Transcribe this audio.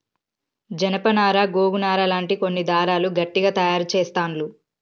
జానప నారా గోగు నారా లాంటి కొన్ని దారాలు గట్టిగ తాయారు చెస్తాండ్లు